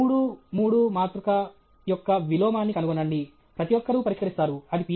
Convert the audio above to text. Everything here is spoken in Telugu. మూడు మూడు మాతృక యొక్క విలోమాన్ని కనుగొనండి ప్రతి ఒక్కరూ పరిష్కరిస్తారు అది Ph